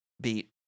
Beat